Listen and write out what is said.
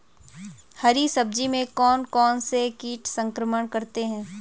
हरी सब्जी में कौन कौन से कीट संक्रमण करते हैं?